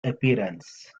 appearance